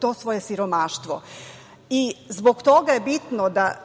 to svoje siromaštvo. Zbog toga je bitno da